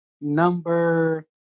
number